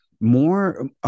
more